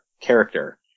character